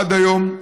עד היום,